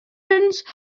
just